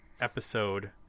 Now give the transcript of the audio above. episode